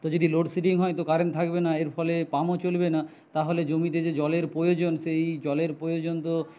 তো যদি লোডশেডিং হয় তো কারেন্ট থাকবে না এর ফলে পামও চলবে না তাহালে জমিতে যে জলের প্রয়োজন সেই জলের প্রয়োজন তো